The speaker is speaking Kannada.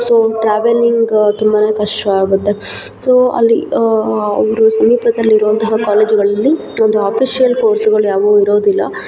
ಸೊ ಟ್ರಾವೆಲಿಂಗ್ ತುಂಬನೇ ಕಷ್ಟ ಆಗುತ್ತೆ ಸೊ ಅಲ್ಲಿ ಅವರು ಸಮೀಪದಲ್ಲಿರುವಂತಹ ಕಾಲೇಜುಗಳಲ್ಲಿ ಒಂದು ಅಫಿಶಿಯಲ್ ಕೋರ್ಸ್ಗಳು ಯಾವುವು ಇರೋದಿಲ್ಲ